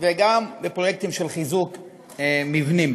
וגם בפרויקטים של חיזוק מבנים.